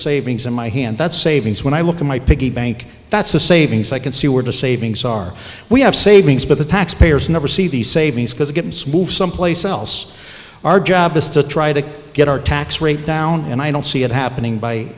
savings in my hand that savings when i look in my piggy bank that's a savings i can see where the savings are we have savings but the taxpayers never see the savings because it gets moved someplace else our job is to try to get our tax rate down and i don't see it happening by